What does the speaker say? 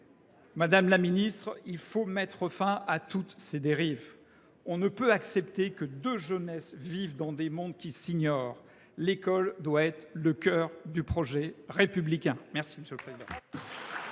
Madame la ministre, il faut mettre fin à toutes ces dérives. On ne peut accepter que deux jeunesses vivent dans des mondes qui s’ignorent. L’école doit être le cœur du projet républicain.